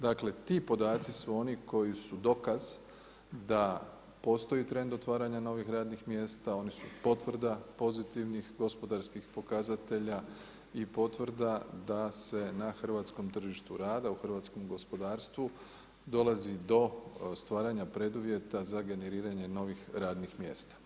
Dakle ti podaci su oni koji su dokaz da postoji trend otvaranja novih radnih mjesta, oni su potvrda pozitivnih gospodarskih pokazatelja i potvrda da se na hrvatskom tržištu rada u hrvatskom gospodarstvu dolazi do stvaranja preduvjeta za generiranje novih radnih mjesta.